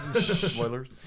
Spoilers